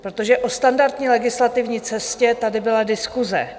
Protože o standardní legislativní cestě tady byla diskuse.